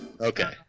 Okay